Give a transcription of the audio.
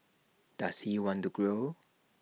does he want to grow